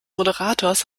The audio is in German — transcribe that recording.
moderators